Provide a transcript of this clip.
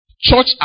church